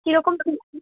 কীরকম